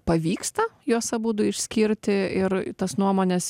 pavyksta juos abudu išskirti ir tas nuomones